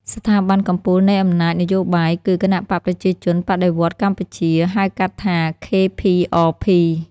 ស្ថាប័នកំពូលនៃអំណាចនយោបាយគឺ "គណបក្សប្រជាជនបដិវត្តន៍កម្ពុជា" (ហៅកាត់ថា KPRP)។